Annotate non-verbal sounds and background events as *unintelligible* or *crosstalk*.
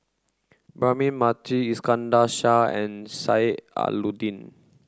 *unintelligible* Mathi Iskandar and Sheik Alau'ddin